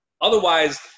Otherwise